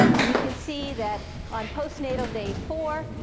and you can see that on postnatal day four,